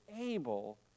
able